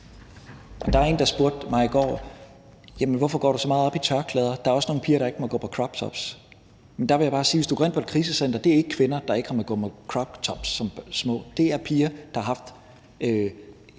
Der var en, der spurgte mig i går: Hvorfor går du så meget op i tørklæder? Der er også nogle piger, der ikke må gå med croptops. Der vil jeg bare sige, at hvis du går ind på et krisecenter, er det ikke kvinder, der ikke har måttet gå med croptops som små; det er piger, der har været